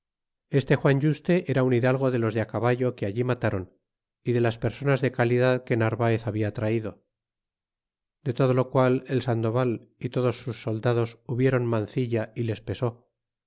este juan yuste era un hidalgo de los de á caballo que allí matron y de las personas de calidad que narvaez habia traído de todo lo qual el sandoval y todos sus soldadas hubieron mancilla yles pesó